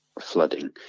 flooding